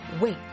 wait